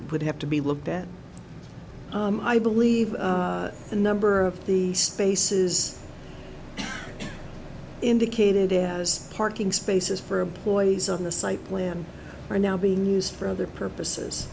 would have to be looked at i believe a number of the spaces indicated as parking spaces for employees on the site plan are now being used for other purposes